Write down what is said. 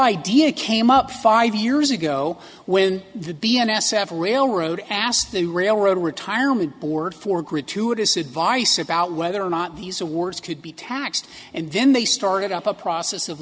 idea came up five years ago when the n s f railroad asked the railroad retirement board for gratuitous advice about whether or not these awards could be taxed and then they started up a process of